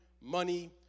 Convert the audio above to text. money